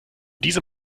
dieser